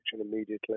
immediately